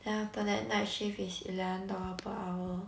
then after that night shift is eleven dollar per hour